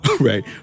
right